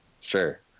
Sure